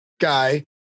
guy